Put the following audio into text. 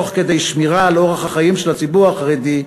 תוך כדי שמירה על אורח החיים של הציבור החרדי,